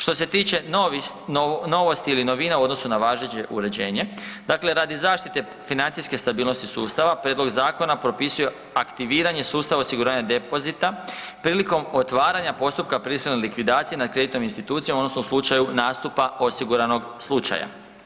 Što se tiče novosti ili novina u odnosu na važeće uređenje, dakle radi zaštite financijske stabilnosti sustava, prijedlog zakona propisuje aktiviranje sustava osiguranja depozita prilikom otvaranja postupka prisilne likvidacije nad kreditnom institucija, odnosno u slučaju nastupa osiguranog slučaja.